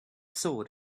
sword